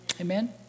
Amen